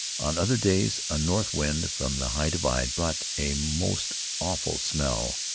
on other days a north wind from the high divide brought a most awful smell,